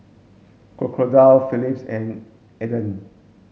Crocodile Philips and Aden